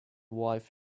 wife